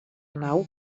nau